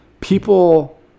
people